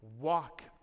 walk